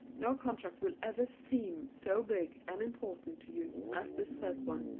no contract will ever seem so big and important to you as this first one,